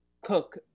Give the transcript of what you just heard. cook